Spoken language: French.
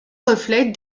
reflètent